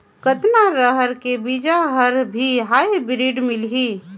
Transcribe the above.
कतना रहर के बीजा हर भी हाईब्रिड मिलही?